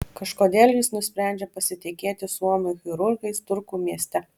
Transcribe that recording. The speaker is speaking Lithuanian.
kažkodėl jis nusprendžia pasitikėti suomių chirurgais turku mieste